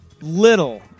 little